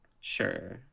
Sure